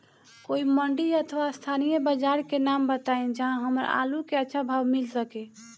कोई मंडी अथवा स्थानीय बाजार के नाम बताई जहां हमर आलू के अच्छा भाव मिल सके?